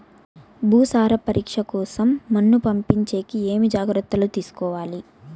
భూసార పరీక్ష కోసం మన్ను పంపించేకి ఏమి జాగ్రత్తలు తీసుకోవాలి?